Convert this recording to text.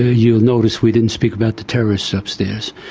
you'll notice we didn't speak about the terrorists upstairs.